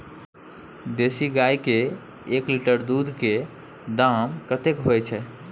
देसी गाय के एक लीटर दूध के दाम कतेक होय छै?